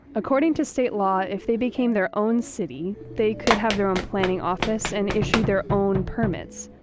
according to state law, if they became their own city, they could have their own planning office and issue their own permits,